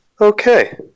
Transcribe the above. Okay